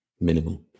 minimal